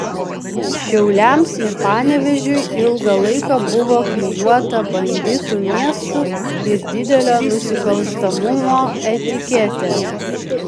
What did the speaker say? šiauliams ir panevėžiui ilgą laiką buvo klijuota banditų miestų ir didelio nusikalstamumo etiketė